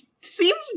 seems